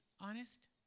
honest